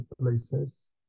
places